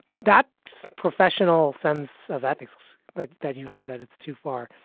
that's professional sense of ethics that that you have, that it's too far.